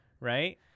right